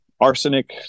arsenic